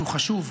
שהוא חשוב,